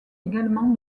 également